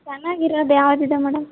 ಚೆನ್ನಾಗಿರೋದು ಯಾವ್ದು ಇದೆ ಮೇಡಮ್